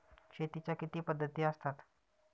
शेतीच्या किती पद्धती असतात?